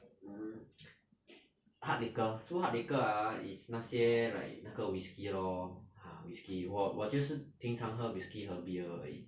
mm hard liquor so hard liquor ah is 那些 like 那个 whisky lor uh whisky 我我就是平常喝 whisky 和 beer 的